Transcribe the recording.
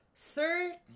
Sir